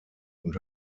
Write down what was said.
und